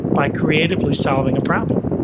by creatively solving a problem?